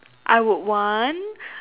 I would want